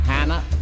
Hannah